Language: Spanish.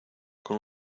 con